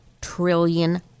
trillion